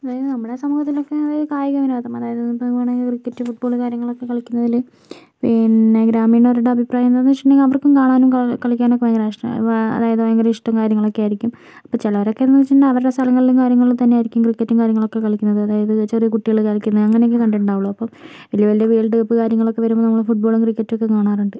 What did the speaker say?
അതായത് നമ്മുടെ സമൂഹത്തിൽ ഒക്കെ ഇത് കായിക വിനോദമാണ് അതായത് ക്രിക്കറ്റ് ഫുട്ബോൾ കാര്യങ്ങൾ ഒക്കെ കളിക്കിന്നതില് പിന്നെ ഗ്രാമീണരുടെ അഭിപ്രായം എന്നാന്ന് വെച്ചിട്ട് ഉണ്ടെങ്കിൽ അവർക്കും കാണാനും കളിക്കാനും ഒക്കെ ഭയങ്കര ഇഷ്ടമാണ് അതായത് ഭയങ്കര ഇഷ്ടം കാര്യങ്ങൾ ഒക്കെ ആയിരിക്കും അപ്പം ചിലവര് ഒക്കെന്ന് വെച്ചിട്ട് ഉണ്ടേൽ അവരുടെ സ്ഥലങ്ങളിലും കാര്യങ്ങളിലും തന്നെ ആയിരിക്കും ക്രിക്കറ്റ് കാര്യങ്ങൾ ഒക്കെ കളിക്കുന്നത് അതായത് കുട്ടികള് കളിക്കുന്നത് അങ്ങനെ ഒക്കെയെ കണ്ടിട്ട് ഉണ്ടാവുകയുള്ളു അപ്പം വലിയ വലിയ വേൾഡ് കപ്പ് കാര്യങ്ങൾ ഒക്കെ വരുമ്പം നമ്മള് ഫുട്ബോളും ക്രിക്കറ്റും ഒക്കെ കാണാറുണ്ട്